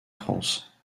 france